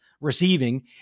receiving